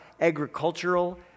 agricultural